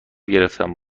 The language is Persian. گرفتم